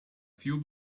few